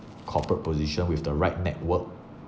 corporate position with the right network